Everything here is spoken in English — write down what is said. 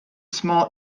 small